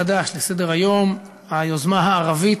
בימים האחרונים עלתה מחדש לסדר-היום היוזמה הערבית,